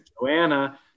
Joanna